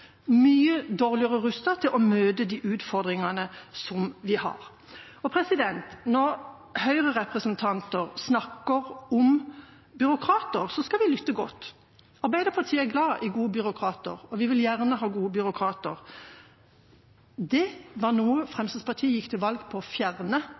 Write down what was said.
mye dårligere rustet til å møte de utfordringene som vi har. Når høyrerepresentanter snakker om byråkrater, skal vi lytte godt. Arbeiderpartiet er glad i gode byråkrater, vi vil gjerne ha gode byråkrater. Det var noe